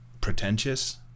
pretentious